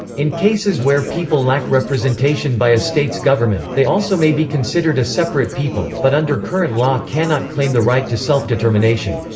in cases where people lack representation by a state's government, they also may be considered a separate people, but under current law cannot claim the right to self-determination.